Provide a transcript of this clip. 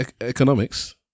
economics